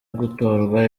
gutorwa